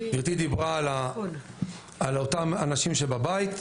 גברתי דיברה על אותם האנשים שבבית,